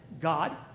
God